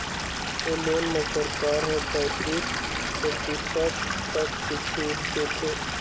ए loan म सरकार ह पैतीस परतिसत तक के छूट देथे